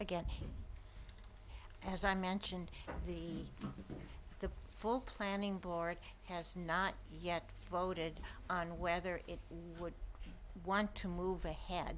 again as i mentioned the the full planning board has not yet voted on whether it would want to move ahead